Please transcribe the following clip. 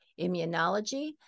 immunology